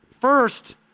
First